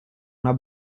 una